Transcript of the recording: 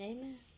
Amen